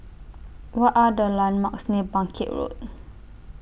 What Are The landmarks near Bangkit Road